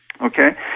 okay